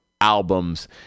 albums